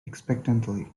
expectantly